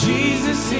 Jesus